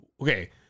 Okay